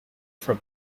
from